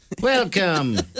Welcome